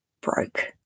broke